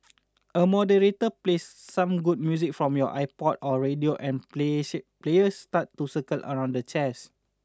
a moderator plays some good music from your iPod or radio and glee ship players start to circle around the chairs